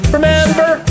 Remember